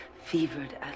fevered